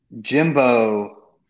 Jimbo